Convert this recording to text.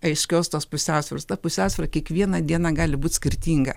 aiškios tos pusiausvyros ta pusiausvyra kiekvieną dieną gali būt skirtinga